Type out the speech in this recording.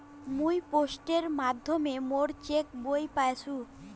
মুই পোস্টের মাধ্যমে মোর চেক বই পাইসু